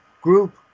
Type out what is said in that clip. group